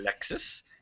Lexus